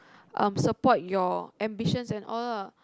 um support your ambitions and all lah